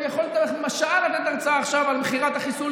אני יכול שעה לתת הרצאה עכשיו על מכירת החיסול